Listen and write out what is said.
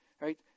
Right